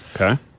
Okay